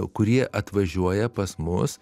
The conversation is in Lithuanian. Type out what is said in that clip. kurie atvažiuoja pas mus